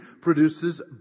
produces